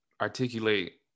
articulate